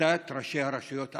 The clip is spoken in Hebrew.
שביתת ראשי הרשויות הערבים,